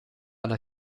alla